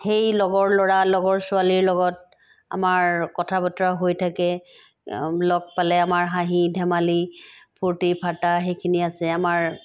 সেই লগৰ ল'ৰা লগৰ ছোৱালীৰ লগত আমাৰ কথা বতৰা হৈ থাকে লগ পালে আমাৰ হাঁহি ধেমালি ফূৰ্তি ফাৰ্তা সেইখিনি আছে আমাৰ